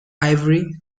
ivory